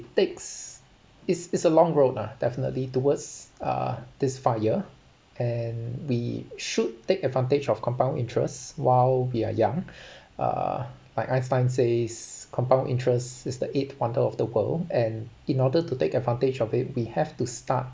takes it's it's a long road lah definitely towards uh this FIRE and we should take advantage of compound interest while we are young uh like einstein says compound interest is the eighth wonder of the world and in order to take advantage of it we have to start